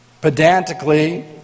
pedantically